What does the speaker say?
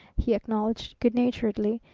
he acknowledged good-naturedly,